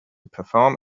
perform